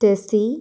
Tessy